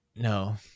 No